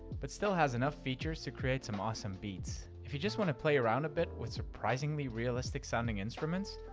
but still has enough features to create some awesome beats. if you just wanna play around a bit with surprisingly realistic sounding instruments,